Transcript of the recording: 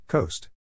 Coast